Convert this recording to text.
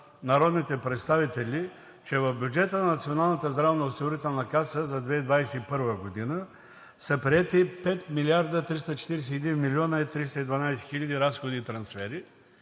народните представители, че в бюджета на Националната здравноосигурителна каса за 2021 г. са приети 5 млрд. 341 млн. 312 хил. разходи и трансфери.